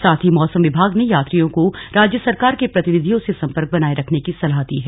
साथ ही मौसम विभाग ने यात्रियों को राज्य सरकार के प्रतिनिधियों से संपर्क बनाए रखने की सलाह दी है